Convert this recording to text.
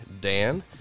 Dan